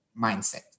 mindset